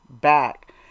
back